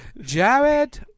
Jared